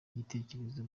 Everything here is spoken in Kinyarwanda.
igitekerezo